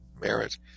merit